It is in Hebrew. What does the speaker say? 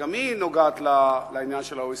שגם היא נוגעת לעניין של ה-OECD.